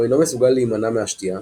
הוא אינו מסוגל להימנע מהשתייה,